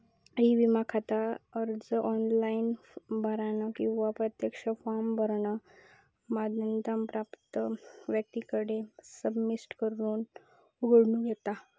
E विमा खाता अर्ज ऑनलाइन भरानं किंवा प्रत्यक्ष फॉर्म भरानं मान्यता प्राप्त व्यक्तीकडे सबमिट करून उघडूक येता